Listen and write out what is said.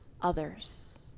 others